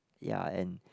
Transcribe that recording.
ya and